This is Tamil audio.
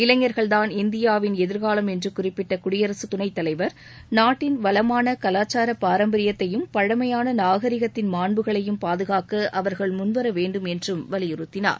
இளைஞா்கள்தான் இந்தியாவின் எதிர்காலம் என்று குறிப்பிட்ட குடியரசுத் துணைத்தலைவர் அவர்கள் நாட்டின் வளமான கலாச்சார பாரம்பரியத்தையும் பழமையான நாகரீகத்தின் மாண்புகளையும் பாதுகாக்க முன்வர வேண்டும் என்று வலியுறுத்தினார்